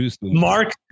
Mark